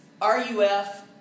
RUF